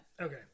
Okay